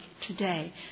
today